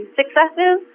successes